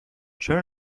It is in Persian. چرا